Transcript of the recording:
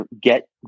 get